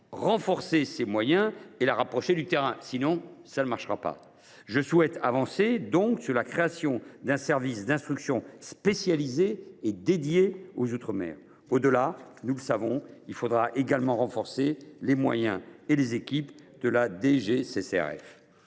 renforcer ses moyens et la rapprocher du terrain. Sinon, cela ne marchera pas. Je souhaite avancer sur la création en son sein d’un service d’instruction spécialisé et consacré aux outre mer. En outre, nous le savons, il faudra également renforcer les moyens et les équipes de la DGCCRF.